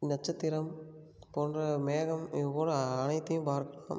நட்சத்திரம் போன்ற மேகம் இதுபோல அனைத்தையும் பார்க்கலாம்